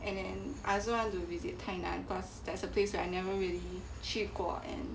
and and I also want to visit tainan cause there's a place that I never really 去过 and